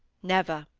never.